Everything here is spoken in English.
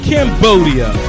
Cambodia